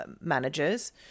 managers –